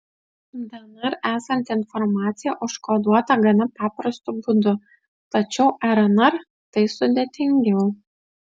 dnr esanti informacija užkoduota gana paprastu būdu tačiau rnr tai sudėtingiau